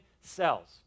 cells